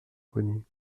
connu